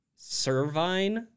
servine